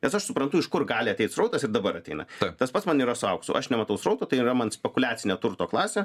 nes aš suprantu iš kur gali ateit srautas ir dabar ateina tas pats man yra su auksu aš nematau srauto tai yra man spekuliacinė turto klasė